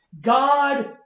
God